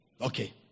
okay